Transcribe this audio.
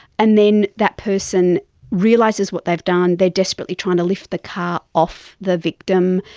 and then that person realises what they've done, they're display trying to lift the car off the victim,